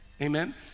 Amen